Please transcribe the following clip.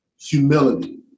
humility